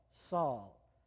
Saul